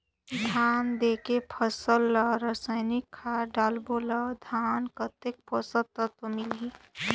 धान देंके फसल मा रसायनिक खाद डालबो ता धान कतेक पोषक तत्व मिलही?